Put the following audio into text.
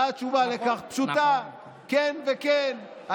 התשובה לכך פשוטה: כן וכן,